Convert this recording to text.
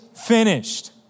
finished